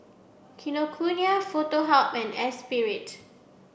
Kinokuniya Foto Hub and Espirit